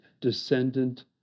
descendant